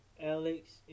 alex